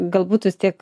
galbūt vis tiek